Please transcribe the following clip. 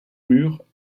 murs